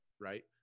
right